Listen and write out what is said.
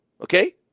okay